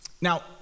Now